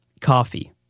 coffee